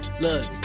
look